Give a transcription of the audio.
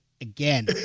again